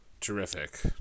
Terrific